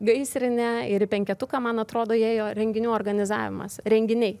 gaisrinę ir į penketuką man atrodo įėjo renginių organizavimas renginiai